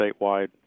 statewide